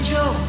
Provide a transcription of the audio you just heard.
Joe